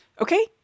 Okay